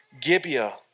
Gibeah